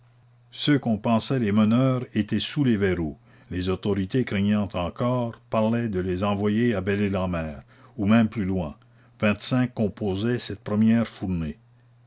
ceux qu'on pensait les meneurs étant sous les verrous les autorités craignant encore parlaient de les envoyer à belle isleen mer ou même plus loin vingt-cinq composaient cette première fournée